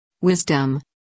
Wisdom